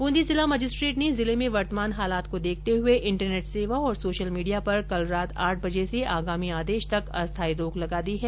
बूंदी जिला मजिस्ट्रेट ने जिले में वर्तमान हालात को देखते हुए इन्टरनेट सेवा और सोशल मीडिया पर कल रात आठ बजे से आगामी आदेश तक अस्थाई रोक लगा दी है